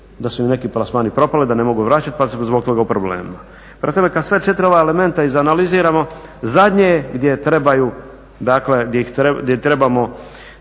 da su im neki plasmani propali, da ne mogu vraćati pa su zbog toga u problemima. Prema tome kada sva četiri ova elementa izanaliziramo zadnje gdje ih trebaju, dakle gdje trebamo